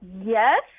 Yes